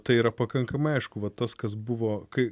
tai yra pakankamai aišku va tas kas buvo kai